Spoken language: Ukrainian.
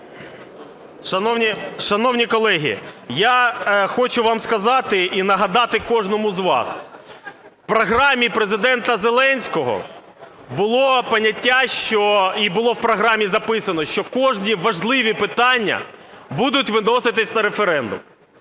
Шановні колеги, я хочу вам сказати, і нагадати кожному з вас. У програмі Президента Зеленського було поняття що, і було в програмі записано, що кожні важливі питання будуть виноситися на референдум.